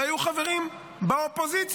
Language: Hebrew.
והיו חברים באופוזיציה,